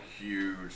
huge